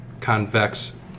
convex